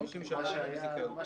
מה שהיה, היה.